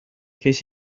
ces